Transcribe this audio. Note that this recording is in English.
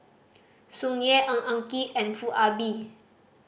Sung Yeh Ng Eng Kee and Foo Ah Bee